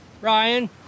Ryan